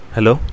Hello